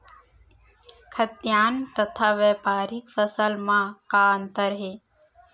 खाद्यान्न तथा व्यापारिक फसल मा का अंतर हे?